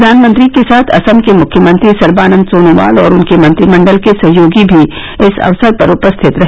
प्रधानमंत्री के साथ असम के मुख्यमंत्री सर्वानन्द सोनोवाल और उनके मंत्रिमंडल के सहयोगी भी इस अवसर पर उपस्थित रहे